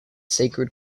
sacred